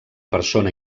persona